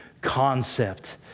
concept